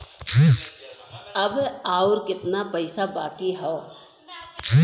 अब अउर कितना पईसा बाकी हव?